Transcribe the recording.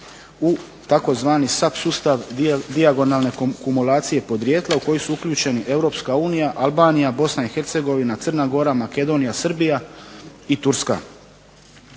u tzv. SAP sustav dijagonalne kumulacije podrijetla u koji su uključeni Europska unija, Albanija, Bosna i Hercegovina, Crna Gora, Makedonija, Srbija i Turska.